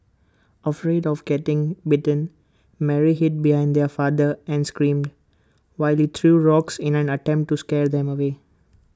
afraid of getting bitten Mary hid behind her father and screamed while he threw rocks in an attempt to scare them away